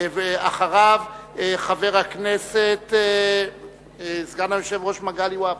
ואחריו חבר הכנסת סגן היושב-ראש מגלי והבה.